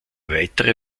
weitere